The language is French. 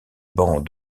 bancs